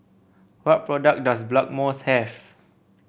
what products does Blackmores have